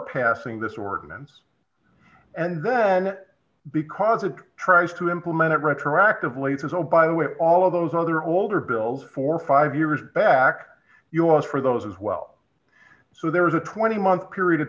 passing this ordinance and then because it tries to implement it retroactively it says oh by the way all of those other older bills for five years back us for those as well so there's a twenty month period of